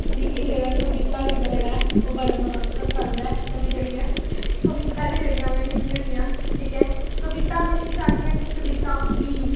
मिगी जेह्ड़ा कविता लिखना जेह्ड़ा ऐ ओह् बड़ा जैदा पसंद ऐ ते में जेह्ड़ी ऐ कविता गै जेह्ड़ियां में लिखनी होन्नी आं ठीक ऐ कविता मिगी चाह्न्नी आं कविता गी